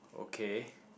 okay